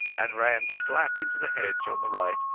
and ran slap into the hedge on the right,